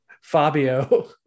Fabio